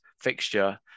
fixture